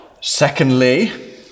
Secondly